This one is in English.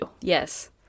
Yes